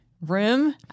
room